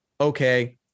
Okay